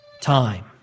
time